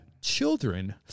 Children